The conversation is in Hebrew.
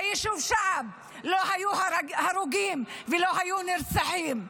ביישוב שעב לא היו הרוגים ולא היו נרצחים.